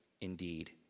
indeed